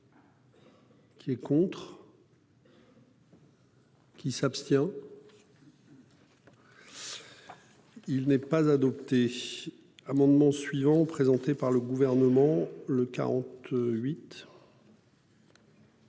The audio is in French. Qui est contre.-- Qui s'abstient.-- Il n'est pas adopté un amendement suivant présenté par le gouvernement le 48.